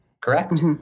correct